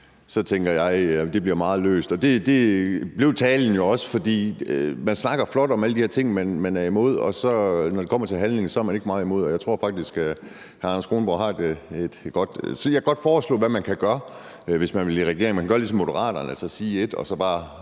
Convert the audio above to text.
tænker jeg, at det bliver meget løst. Og det blev talen jo også, for man snakker flot om alle de her ting, man er imod, og når det så kommer til handling, er man ikke meget imod. Jeg tror faktisk også, at hr. Anders Kronborg kender det. Så jeg har et godt forslag til, hvad man kan gøre, hvis man vil i regering. Man kan gøre ligesom Moderaterne, altså sige ét, og så bare